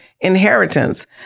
inheritance